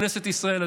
כנסת ישראל,